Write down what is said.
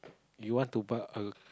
you want to buy a